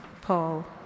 Paul